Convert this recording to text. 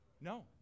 No